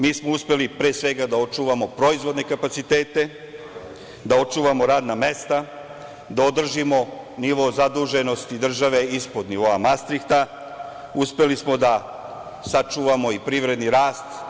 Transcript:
Mi smo uspeli pre svega da očuvamo proizvodne kapacitete, da očuvamo radna mesta, da održimo nivo zaduženosti države ispod nivoa Mastrihta, uspeli smo da sačuvamo i privredni rast.